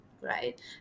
right